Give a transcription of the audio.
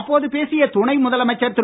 அப்போது பேசிய துணை முதலமைச்சர் திரு